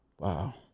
Wow